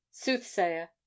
soothsayer